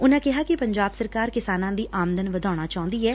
ਉਨੂਂ ਕਿਹਾ ਕਿ ਪੰਜਾਬ ਸਰਕਾਰ ਕਿਸਾਨਾਂ ਦੀ ਆਮਦਨ ਵਧਾਉਣਾ ਚਾਹੁੰਦੀ ਐ